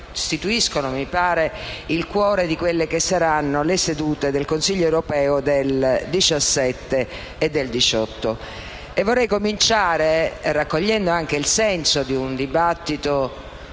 costituiscono, mi pare, il cuore di quelle che saranno le sedute del Consiglio europeo del 17 e 18 marzo. Vorrei cominciare, raccogliendo anche il senso di un dibattito